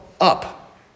up